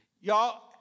Y'all